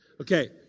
Okay